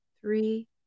three